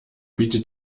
bietet